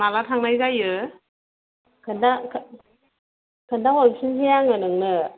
माब्ला थांनाय जायो खिन्था खिन्थाहरफिननोसै आङो नोंनो